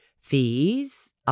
fees